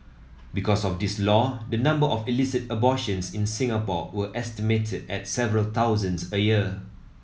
because of this law the number of illicit abortions in Singapore were estimated at several thousands a year